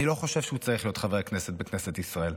אני לא חושב שהוא צריך להיות חבר כנסת בכנסת ישראל.